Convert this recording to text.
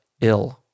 ill